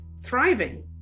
thriving